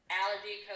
allergy